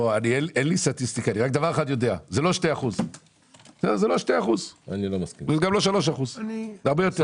אין לי סטטיסטיקה אבל אני יודע זה לא 2% ולא 3% אלא הרבה יותר.